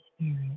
spirit